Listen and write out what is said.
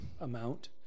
amount